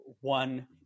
one